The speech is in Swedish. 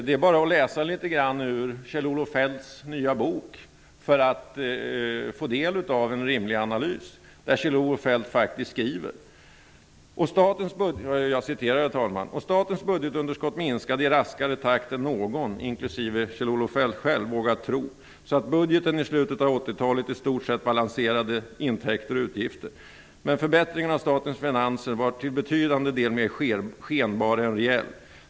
Det är bara att läsa litet grand ur Kjell Olof Feldts nya bok för att få del av en rimlig analys. Kjell-Olof Feldt skriver där: ''Och statens budgetunderskott minskade i raskare takt än någon vågat tro, så att budgeten i slutet av 80-talet i stort sett balanserade intäkter och utgifter. Men förbättringen av statens finanser var till betydande del mera skenbar än reell.